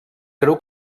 creu